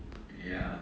ya